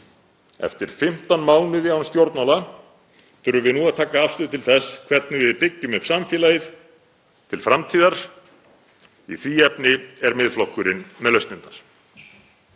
Eftir 15 mánuði án stjórnmála þurfum við að taka afstöðu til þess hvernig við byggjum upp samfélagið til framtíðar. Í því efni er Miðflokkurinn með lausnirnar.